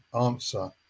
answer